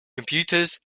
computers